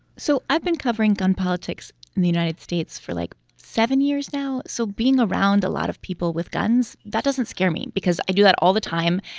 so i've been covering gun politics in the united states for like seven years now. so being around a lot of people with guns, that doesn't scare me because i do that all the time.